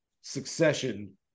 succession